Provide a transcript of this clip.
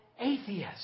atheist